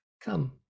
Come